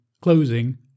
closing